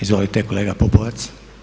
Izvolite kolega Pupovac.